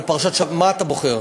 על פרשת השבוע, מה אתה בוחר?